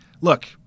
look